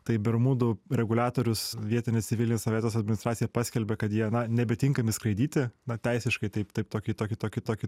tai bermudų reguliatorius vietinės civilinės aviacijos administracija paskelbė kad jie na nebetinkami skraidyti na teisiškai taip taip tokį tokį tokį tokį